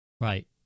Right